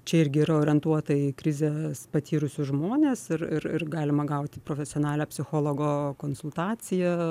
čia irgi yra orientuota į krizę patyrusius žmones ir ir ir galima gauti profesionalią psichologo konsultaciją